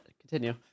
continue